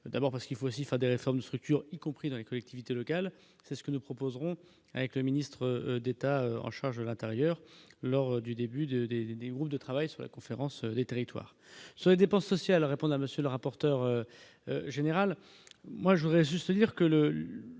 d'abord parce qu'il faut aussi faire des réformes de structure, y compris dans les collectivités locales, c'est ce que nous proposerons avec le ministre d'État en charge de l'Intérieur lors du début des des groupes de travail sur la conférence des territoires sur les dépenses sociales répondent à monsieur le rapporteur général, moi je voudrais juste dire que